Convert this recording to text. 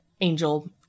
angel